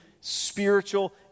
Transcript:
spiritual